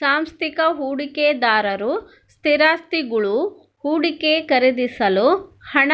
ಸಾಂಸ್ಥಿಕ ಹೂಡಿಕೆದಾರರು ಸ್ಥಿರಾಸ್ತಿಗುಳು ಹೂಡಿಕೆ ಖರೀದಿಸಲು ಹಣ